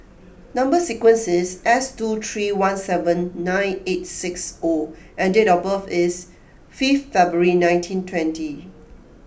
number sequence is S two three one seven nine eight six O and date of birth is fifth February nineteen twenty